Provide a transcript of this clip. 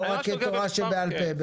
לא רק תורה שבעל פה.